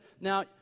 now